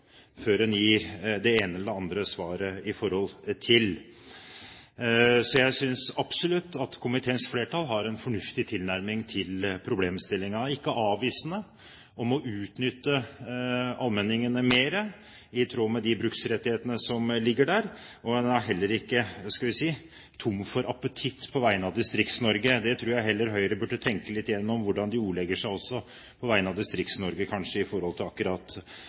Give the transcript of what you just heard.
før en gir det ene eller det andre svaret i forhold til dette. Jeg synes absolutt at komiteens flertall har en fornuftig tilnærming til problemstillingen – ikke avvisende til å utnytte allmenningene mer i tråd med de bruksrettighetene som ligger der, og en er heller ikke – skal vi si – tom for appetitt på vegne av Distrikts-Norge. Jeg tror heller Høyre burde tenke litt gjennom hvordan de ordlegger seg på vegne av Distrikts-Norge med akkurat den inngangen de har til